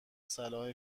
صلاح